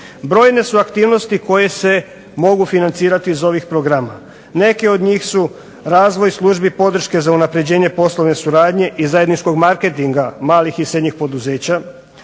Brojne su aktivnosti koje se mogu financirati iz ovih programa. Neke od njih razvoj službi podrške za unapređenje poslovne suradnje i zajedničkog marketinga malih i srednjih poduzeća,